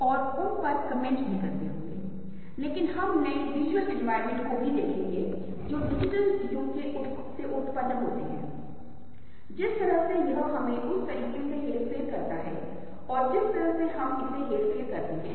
ऐसी कई दिलचस्प बातें हैं लेकिन अभी हम उन पर ध्यान नहीं देंगे परिप्रेक्ष्य पर ध्यान केंद्रित करेंगे जैसा कि मैंने आपको बताया ये वस्तुएं छोटी होती जा रही हैं जैसे जैसे वे आगे बढ़ती हैं वैसे वैसे इमारत बनती जाती है इस दिशा में जाने पर वे छोटे होते हैं